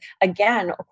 again